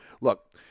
Look